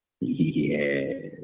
Yes